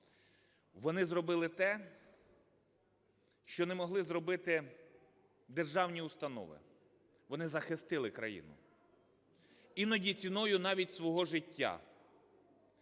Вони зробили те, що не могли зробити державні установи. Вони захистили країну, іноді ціною навіть свого життя,